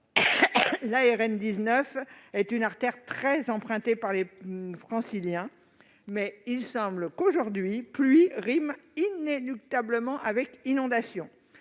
La RN 19 est une artère très empruntée par les Franciliens. Or il semble que, aujourd'hui, pluie rime inéluctablement avec inondation.